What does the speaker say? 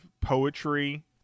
poetry